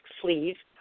sleeve